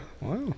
Wow